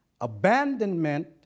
Abandonment